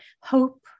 hope